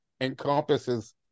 encompasses